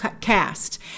cast